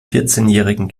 vierzehnjährigen